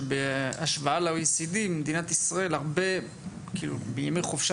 שבהשוואה ל-OECD מדינת ישראל בימי החופשה